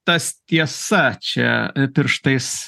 tas tiesa čia pirštais